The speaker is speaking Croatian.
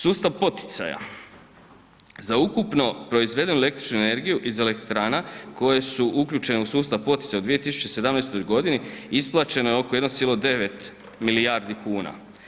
Sustav poticaja za ukupno proizvedenu električnu energiju iz elektrana koje su uključene u sustav poticanja u 2017. godini isplaćeno je oko 1,9 milijardi kuna.